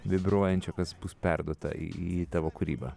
vibruojančio kas bus perduota į tavo kūrybą